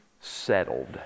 Settled